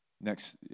next